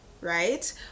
Right